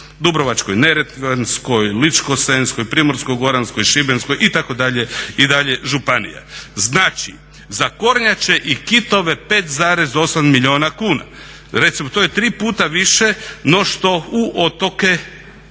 Dubrovačko-neretvanskoj, Ličko-senjskoj, Primorsko-goranskoj, Šibenskoj itd. županija. Znači, za kornjače i kitove 5,8 milijuna kuna. Recimo to je tri puta više no što u otoke 2013.